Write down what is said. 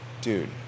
dude